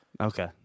Okay